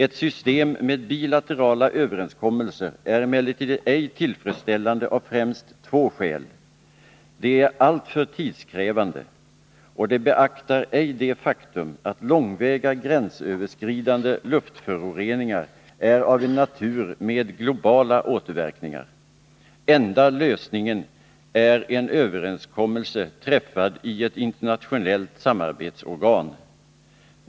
Ett system med bilaterala överenskommelser är emellertid ej tillfredsställande av främst två skäl: det är alltför tidskrävande, och det beaktar ej det faktum att långväga gränsöverskridande luftföroreningar kan ha globala återverkningar. Enda lösningen är en överenskommelse träffad i ett internationellt samarbetsorgan.